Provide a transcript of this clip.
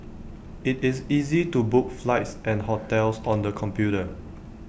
IT is easy to book flights and hotels on the computer